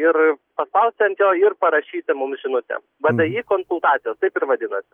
ir paspausti ant jo ir parašyti mums žinutę vdi konsultacijos taip ir vadinasi